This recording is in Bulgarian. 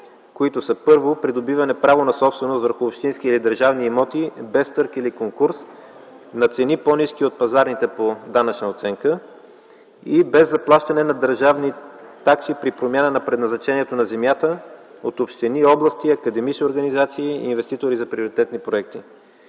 които са: 1. придобиване право на собственост върху общински или държавни имоти без търг или конкурс на цени, по-ниски от пазарните, по данъчна оценка; и 2. без заплащане на държавни такси при промяна на предназначението на земята от общини, области, академични организации и инвеститори за приоритетни проекти;